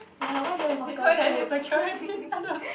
ya why did I say why did I say security I don't know